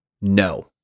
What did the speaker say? no